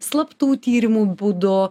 slaptų tyrimų būdu